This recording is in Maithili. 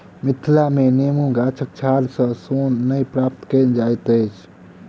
मिथिला मे नेबो गाछक छाल सॅ सोन नै प्राप्त कएल जाइत अछि